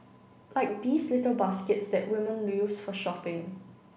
like these little baskets that women used for shopping